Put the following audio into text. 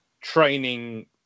training